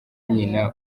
nyina